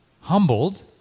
humbled